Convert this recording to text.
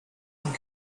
and